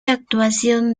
actuación